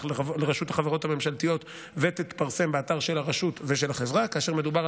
לרשות החברות הממשלתיות ותתפרסם באתר של הרשות ושל החברה.